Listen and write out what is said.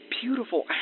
beautiful